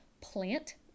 plant